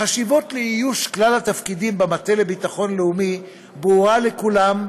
החשיבות של איוש כלל התפקידים במטה לביטחון לאומי ברורה לכולם,